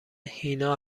هینا